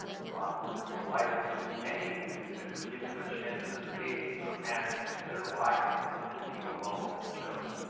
ronald was delighted to do anything that would give him a chance of escaping from aunt zoruiah and being alone with joe.